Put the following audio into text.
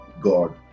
God